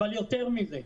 יותר מזה,